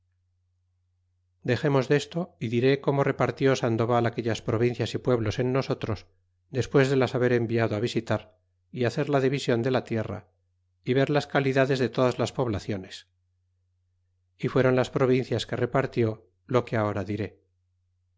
dexemos desto y diré como repartió sandoval aquellas provincias y pueblos en nosotros despues de las haber enviado visitar hacer la division de la tierra y ver las calidades de todas las poblaciones y fueron las provincias que repartió lo que ahora diré